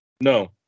No